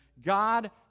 God